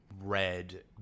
red